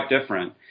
different